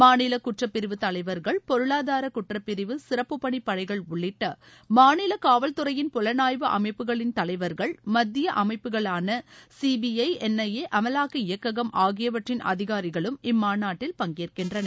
மாநில குற்றப்பிரிவு தலைவர்கள் பொருளாதார குற்றப்பிரிவு சிறப்புப்பணி படைகள் உள்ளிட்ட மாநில காவல்துறையின் புலனாய்வு அமைப்புகளின் தலைவர்கள் மத்திய அமைப்புகளான சீபிஐ என்ஐஏ அமவாக்க இயக்ககம் ஆகியவற்றின் அதிகாரிகளும் இம்மாநாட்டில் பங்கேற்கின்றனர்